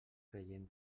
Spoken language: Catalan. creiem